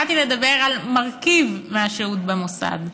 באתי לדבר על מרכיב בשהות במוסד.